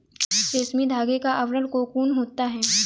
रेशमी धागे का आवरण कोकून होता है